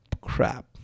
crap